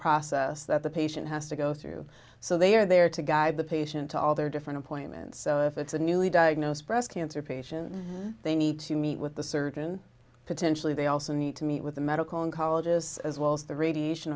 process that the patient has to go through so they are there to guide the patient to all their different appointments so if it's a newly diagnosed breast cancer patient they need to meet with the surgeon potentially they also need to meet with the medical oncologists as well as the radiation